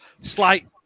slight